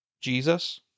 Jesus